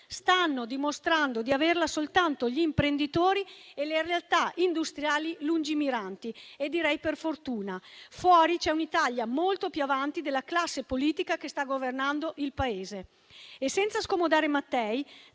stanno dimostrando di averla soltanto gli imprenditori e le realtà industriali lungimiranti, e direi per fortuna: fuori c'è un'Italia molto più avanti della classe politica che sta governando il Paese. Senza scomodare Mattei,